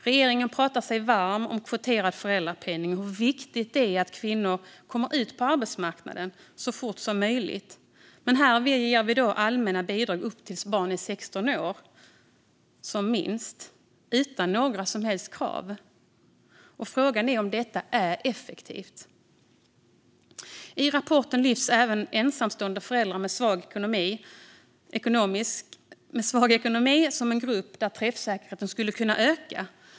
Regeringen talar sig varm för kvoterad föräldrapenning och om hur viktigt det är att kvinnor kommer ut på arbetsmarknaden så fort som möjligt. Men här ger vi då allmänna bidrag upp till dess att barnen är 16 år, som minst, utan några som helst krav. Frågan är om detta är effektivt. I rapporten lyfts även ensamstående föräldrar med svag ekonomi fram som en grupp där träffsäkerheten skulle kunna öka.